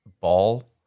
ball